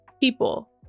people